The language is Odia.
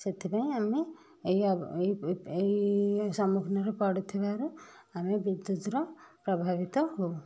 ସେଥିପାଇଁ ଆମେ ଏହି ଏହି ସମ୍ମୁଖୀନର ପଡ଼ୁଥିବାରୁ ଆମେ ବିଦ୍ୟୁତର ପ୍ରଭାବିତ ହଉ